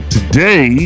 Today